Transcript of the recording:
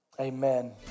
amen